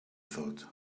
thought